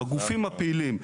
בגופים הפעילים.